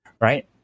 right